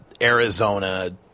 Arizona